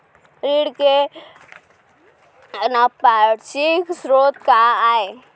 ऋण के अनौपचारिक स्रोत का आय?